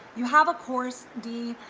you have a course, dee,